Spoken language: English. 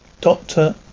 Doctor